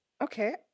Okay